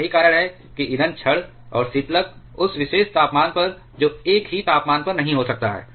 और यही कारण है कि ईंधन क्षण और शीतलक उस विशेष तापमान पर जो एक ही तापमान पर नहीं हो सकता है